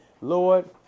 Lord